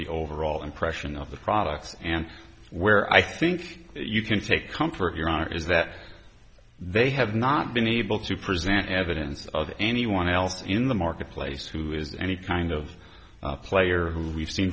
the overall impression of the product and where i think you can take comfort your honor is that they have not been able to present evidence of anyone else in the marketplace who is any kind of player who we've seen